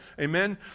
Amen